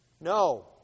No